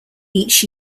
each